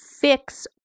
fix